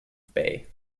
bay